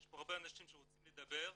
שיש פה הרבה אנשים שרוצים לדבר,